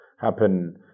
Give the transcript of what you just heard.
Happen